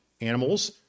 animals